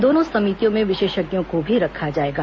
दोनों समितियों में विशेषज्ञों को भी रखा जाएगा